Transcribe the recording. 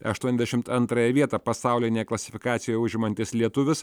aštuoniasdešimt antrąją vietą pasaulinėje klasifikacijoje užimantis lietuvis